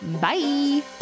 Bye